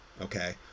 okay